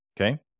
Okay